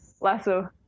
Lasso